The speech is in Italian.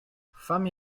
fammi